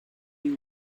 you